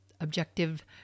objective